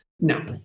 no